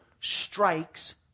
strikes